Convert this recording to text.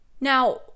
Now